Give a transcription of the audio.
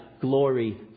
glory